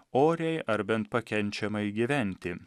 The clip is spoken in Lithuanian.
oriai ar bent pakenčiamai gyventi